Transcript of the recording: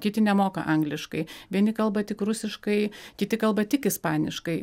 kiti nemoka angliškai vieni kalba tik rusiškai kiti kalba tik ispaniškai